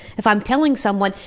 if i'm telling someone,